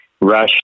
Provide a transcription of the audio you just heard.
rush